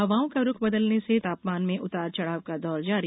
हवाओं का रुख बदलने से तापमान में उतार चढ़ाव का दौर जारी